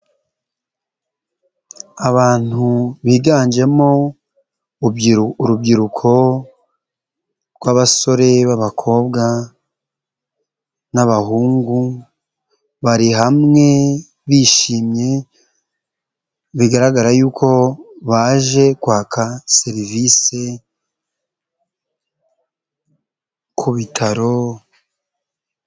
Abantu biganjemo urubyiruko rw'abasore b'abakobwa n'abahungu bari hamwe bishimye, bigaragara yuko baje kwaka serivisi ku bitaro.